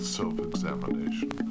self-examination